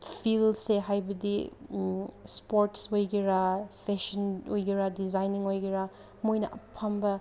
ꯐꯤꯜꯁꯦ ꯍꯥꯏꯕꯗꯤ ꯏꯁꯄꯣꯔꯠꯁ ꯑꯣꯏꯒꯦꯔꯥ ꯐꯦꯁꯟ ꯑꯣꯏꯒꯦꯔꯥ ꯗꯤꯖꯥꯏꯅꯤꯡ ꯑꯣꯏꯒꯦꯔꯥ ꯃꯣꯏꯅ ꯑꯐꯪꯕ